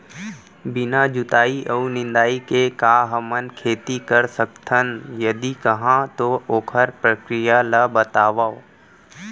बिना जुताई अऊ निंदाई के का हमन खेती कर सकथन, यदि कहाँ तो ओखर प्रक्रिया ला बतावव?